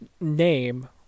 name